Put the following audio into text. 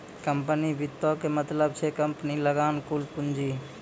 company वित्तो के मतलब छै कम्पनी लगां कुल पूंजी